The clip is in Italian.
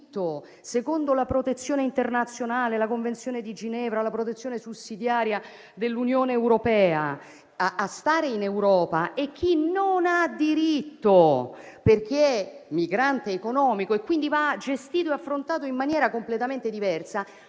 secondo la protezione internazionale, la convenzione di Ginevra e la protezione sussidiaria dell'Unione europea, e chi non vi ha diritto, perché migrante economico e dunque va gestito e affrontato in maniera completamente diversa,